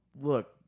look